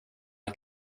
att